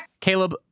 Caleb